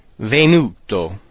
Venuto